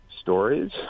stories